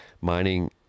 mining